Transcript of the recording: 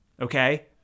Okay